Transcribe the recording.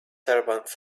servants